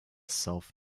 self